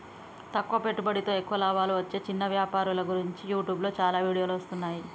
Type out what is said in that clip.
తక్కువ పెట్టుబడితో ఎక్కువ లాభాలు వచ్చే చిన్న వ్యాపారుల గురించి యూట్యూబ్లో చాలా వీడియోలు వస్తున్నాయి